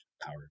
power